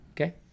Okay